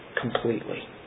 completely